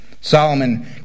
Solomon